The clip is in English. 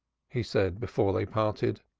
he said before they parted.